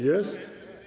Jest?